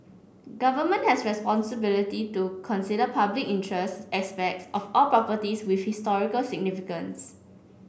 government has responsibility to consider public interest aspects of all properties with historical significance